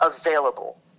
available